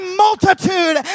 multitude